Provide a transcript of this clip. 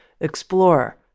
explore